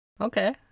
Okay